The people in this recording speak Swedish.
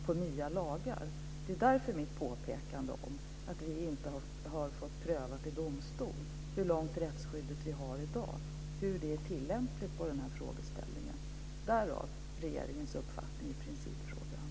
Det är därför som jag gjorde mitt påpekande om att vi inte har fått prövat i domstol hur långt rättsskyddet räcker i dag och hur det är tillämpligt på denna frågeställning. Därav också regeringens uppfattning i principfrågan.